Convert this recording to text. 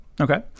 Okay